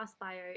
bio